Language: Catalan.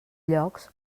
llocs